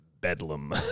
bedlam